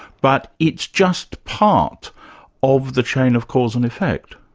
but it's just part of the chain of cause and effect.